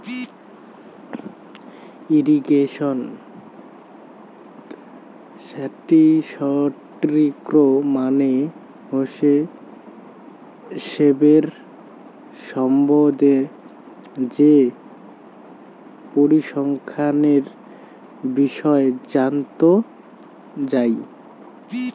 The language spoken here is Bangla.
ইরিগেশন স্ট্যাটিসটিক্স মানে হসে সেচের সম্বন্ধে যে পরিসংখ্যানের বিষয় জানত যাই